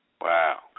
Wow